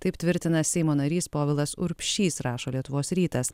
taip tvirtina seimo narys povilas urbšys rašo lietuvos rytas